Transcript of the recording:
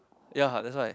ya that's why